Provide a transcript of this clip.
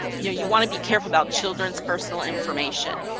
yeah you want to be careful about children's personal information.